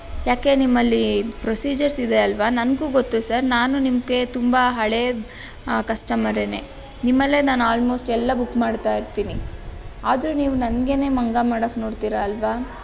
ಯಾಕೆ ನಿಮ್ಮಲ್ಲಿ ಪ್ರೊಸೀಜರ್ಸ್ ಇದೆ ಅಲ್ವಾ ನನಗೂ ಗೊತ್ತು ಸರ್ ನಾನು ನಿಮಗೆ ತುಂಬ ಹಳೆಯ ಕಸ್ಟಮರೇ ನಿಮ್ಮಲ್ಲೇ ನಾನು ಆಲ್ಮೋಸ್ಟ್ ಎಲ್ಲ ಬುಕ್ ಮಾಡ್ತಾ ಇರ್ತೀನಿ ಆದರೂ ನೀವು ನನಗೇ ಮಂಗ ಮಾಡಕ್ಕೆ ನೋಡ್ತೀರ ಅಲ್ವಾ